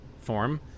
form